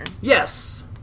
Yes